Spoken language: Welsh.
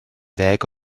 ddeg